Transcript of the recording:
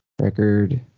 record